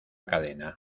cadena